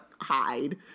hide